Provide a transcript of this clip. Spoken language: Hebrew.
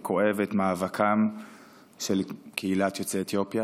וכואב את מאבקה של קהילת יוצאי אתיופיה.